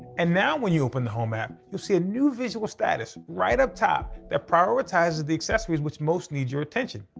and now when you open the home app, you'll see a new visual status right up top that prioritizes the accessories which most need your attention.